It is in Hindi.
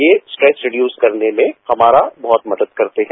ये स्ट्रेस रिड्यूस करने में हमारी बहुत मदद करते हैं